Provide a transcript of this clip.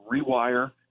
rewire